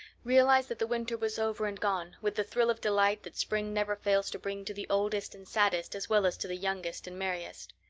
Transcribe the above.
realized that the winter was over and gone with the thrill of delight that spring never fails to bring to the oldest and saddest as well as to the youngest and merriest.